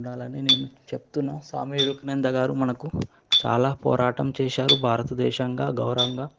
ఉండాలని నేను చెప్తున్నాను స్వామి వివేకానంద గారు చాలా పోరాటం చేసారు భారతదేశంగా గౌరవంగా